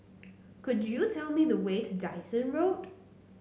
could you tell me the way to Dyson Road